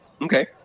Okay